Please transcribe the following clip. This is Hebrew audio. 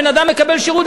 כשבן-אדם מקבל שירות,